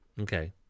okay